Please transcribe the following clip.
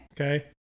Okay